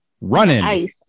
running